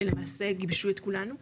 שלמעשה גיבשו את כולנו,